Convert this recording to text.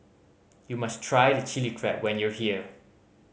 you must try the Chilli Crab when you are here